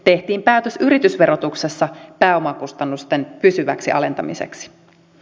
tehtiin päätös yritysverotuksessa pääomakustannusten pysyväksi alentamiseksi